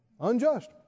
unjust